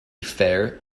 fare